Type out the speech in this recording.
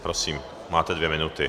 Prosím, máte dvě minuty.